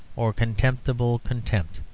or contemptible contempt,